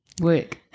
work